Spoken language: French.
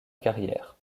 carrière